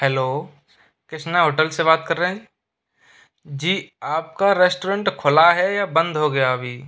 hello Krishna hotel से बात कर रहे हैं जी आपका रेस्टोरेंट खुला है या बंद हो गया अभी